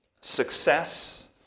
success